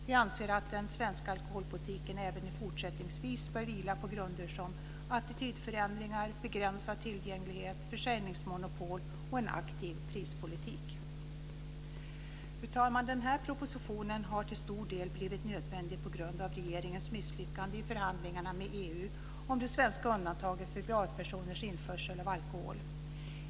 Vi anser att den svenska alkoholpolitiken även fortsättningsvis bör vila på grunder som attitydförändringar, begränsad tillgänglighet, försäljningsmonopol och en aktiv prispolitik. Fru talman! Den här propositionen har till stor del blivit nödvändig på grund av regeringens misslyckande i förhandlingarna med EU om det svenska undantaget för privatpersoners införsel av alkohol.